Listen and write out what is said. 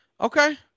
Okay